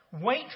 Wait